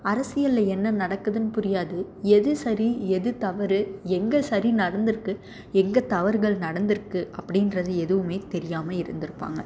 அரசியலில் என்ன நடக்குதுனு புரியாது எது சரி எது தவறு எங்கே சரி நடந்துருக்குது எங்கே தவறுகள் நடந்துருக்குது அப்படின்றது எதுவும் தெரியாமல் இருந்துருப்பாங்க